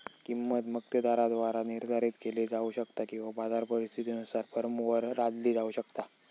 किंमत मक्तेदाराद्वारा निर्धारित केली जाऊ शकता किंवा बाजार परिस्थितीनुसार फर्मवर लादली जाऊ शकता